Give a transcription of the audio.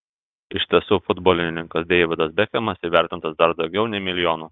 iš tiesų futbolininkas deividas bekhemas įvertintas dar daugiau nei milijonu